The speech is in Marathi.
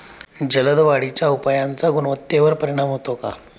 जलद वाढीच्या उपायाचा गुणवत्तेवर परिणाम होतो का?